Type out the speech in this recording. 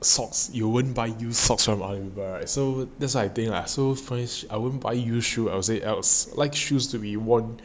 socks you won't buy used socks right so that's why I think lah so fresh I won't buy used shoe I will say I won't like shoes to be worn